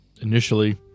initially